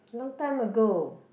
long time ago